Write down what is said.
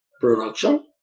production